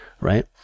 right